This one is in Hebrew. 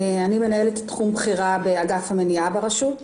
אני מנהלת תחום בכירה באגף המניעה ברשות.